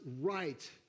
right